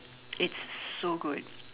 it's so good